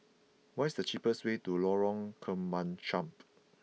what is the cheapest way to Lorong Kemunchup